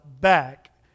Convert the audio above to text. back